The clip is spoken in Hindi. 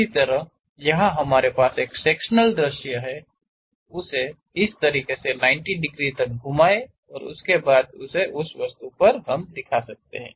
इसी तरह यहाँ हमारे पास एक सेक्शनल दृश्य है इसे उस तरीके से 90 डिग्री तक घुमाएं और उसके बाद उसे उस वस्तु पर दिखा शकते हैं